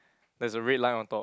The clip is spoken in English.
there's a red line on top